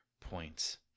points